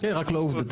כן, רק לא עובדתי.